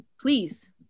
please